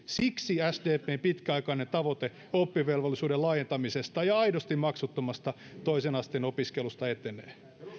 siksi sdpn pitkäaikainen tavoite oppivelvollisuuden laajentamisesta ja aidosti maksuttomasta toisen asteen opiskelusta etenee